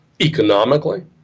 economically